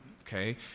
okay